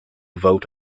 vote